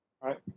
right